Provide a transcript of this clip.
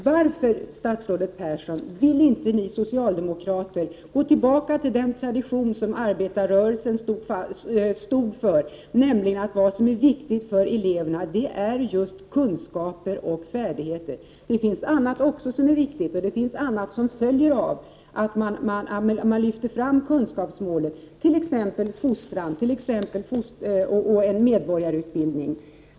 Varför, statsrådet Persson, vill inte ni socialdemokrater gå tillbaka till den tradition som arbetarrörelsen stått för, nämligen att det viktiga för eleverna är just kunskaper och färdigheter? Det finns annat som också är viktigt och som följer av att man lyfter fram kunskapsmålet, t.ex. fostran och medborgarutbildning.